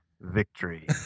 victory